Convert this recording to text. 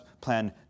plan